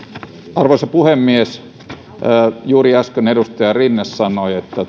arvoisa puhemies juuri äsken edustaja rinne sanoi että